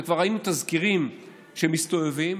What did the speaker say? וכבר ראינו תזכירים שמסתובבים,